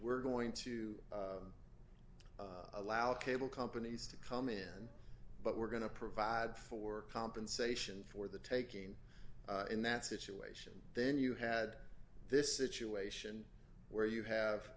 we're going to allow cable companies to come in but we're going to provide for compensation for the taking in that situation then you had this situation where you have